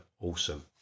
awesome